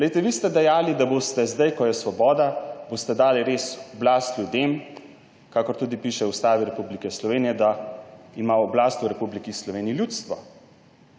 Glejte, vi ste dejali, da boste zdaj, ko je svoboda, dali res oblast ljudem, kakor tudi piše v Ustavi Republike Slovenije, da ima oblast v Republiki Sloveniji ljudstvo.